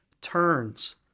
turns